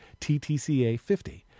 TTCA50